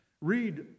Read